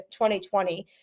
2020